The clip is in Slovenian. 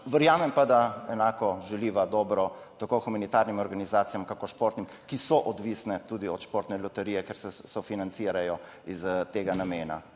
Verjamem pa, da enako želiva dobro tako humanitarnim organizacijam, kakor športnim, ki so odvisne tudi od športne loterije, ker se sofinancirajo iz tega namena.